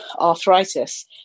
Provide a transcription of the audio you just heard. arthritis